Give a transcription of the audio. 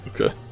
Okay